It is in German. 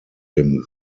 dem